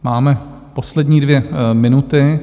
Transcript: Máme poslední dvě minuty.